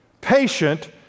patient